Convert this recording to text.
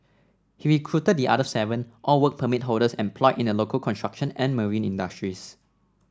he recruited the other seven all Work Permit holders employed in the local construction and marine industries